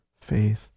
faith